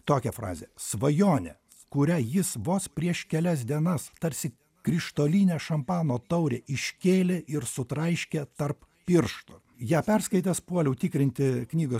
tokią frazę svajonė kurią jis vos prieš kelias dienas tarsi krištolinę šampano taurę iškėlė ir sutraiškė tarp pirštų ją perskaitęs puoliau tikrinti knygos